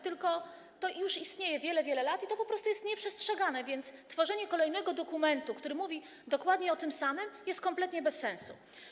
To już istnieje wiele, wiele lat, tylko po prostu jest nieprzestrzegane, więc tworzenie kolejnego dokumentu, który mówi dokładnie o tym samym, jest kompletnie bez sensu.